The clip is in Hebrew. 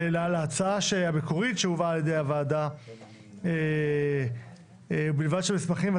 להצעה המקורית שהובאה על ידי הוועדה "בלבד המסמכים,